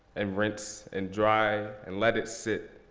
and rinse and dry and let it sit.